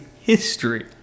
history